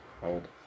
hold